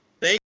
Thank